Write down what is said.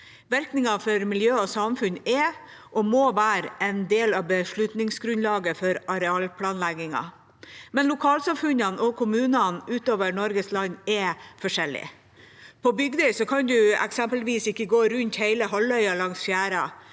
Virkningen for miljø og samfunn er og må være en del av beslutningsgrunnlaget for arealplanleggingen, men lokalsamfunnene og kommunene utover Norges land er forskjellige. På Bygdøy kan man eksempelvis ikke gå rundt hele halvøya langs fjæra.